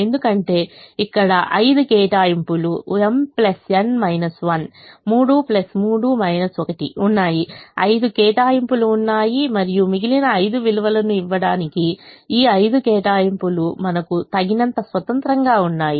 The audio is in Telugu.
ఎందుకంటే ఇక్కడ ఐదు కేటాయింపులు m n 1 3 3 1 ఉన్నాయి ఐదు కేటాయింపులు ఉన్నాయి మరియు మిగిలిన ఐదు విలువలను ఇవ్వడానికి ఈ ఐదు కేటాయింపులు మనకు తగినంత స్వతంత్రంగా ఉన్నాయి